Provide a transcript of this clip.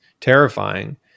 terrifying